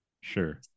sure